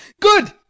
Good